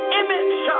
image